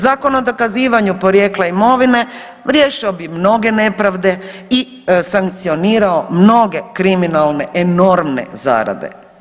Zakon o dokazivanju porijekla imovine riješio bi mnoge nepravde i sankcionirao mnoge kriminalne enormne zarade.